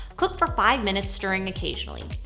cook for five minutes, stirring occasionally.